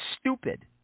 stupid